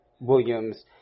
Williams